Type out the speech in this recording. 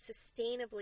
sustainably